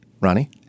Ronnie